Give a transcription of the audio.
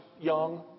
young